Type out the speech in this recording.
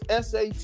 SAT